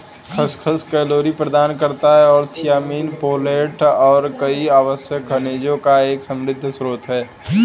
खसखस कैलोरी प्रदान करता है और थियामिन, फोलेट और कई आवश्यक खनिजों का एक समृद्ध स्रोत है